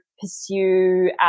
pursue